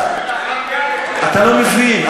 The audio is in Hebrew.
אתה לא מבין,